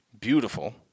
Beautiful